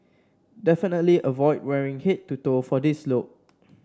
definitely avoid wearing head to toe for this look